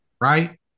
right